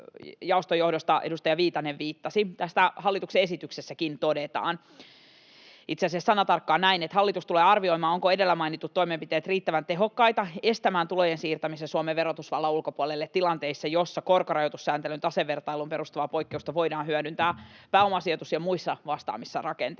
jaoston johdosta edustaja Viitanen viittasi. Tästä todetaan hallituksen esityksessäkin, itse asiassa sanatarkkaan näin: ”Hallitus tulee arvioimaan, ovatko edellä mainitut toimenpiteet riittävän tehokkaita estämään tulojen siirtämisen Suomen verotusvallan ulkopuolelle tilanteissa, joissa korkorajoitussääntelyn tasevertailuun perustuvaa poikkeusta voidaan hyödyntää pääomasijoitus- ja muissa vastaavissa rakenteissa.